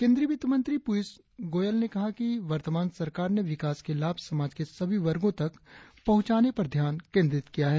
केंद्रीय वित्त मंत्री पीयूष गोयल ने कहा है कि वर्तमान सरकार ने विकास के लाभ समाज के सभी वर्गो तक पहुंचाने पर ध्यान केंद्रित किया है